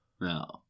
No